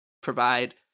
provide